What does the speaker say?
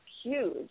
huge